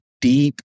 deep